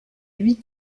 huit